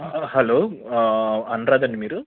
hello అనురాధండి మీరు